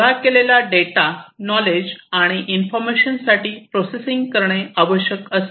गोळा केलेला data knowledge आणि इन्फॉर्मशन साठी प्रोसेसिंग करणे आवश्यक असते